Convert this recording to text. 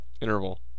interval